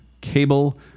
cable